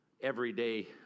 everyday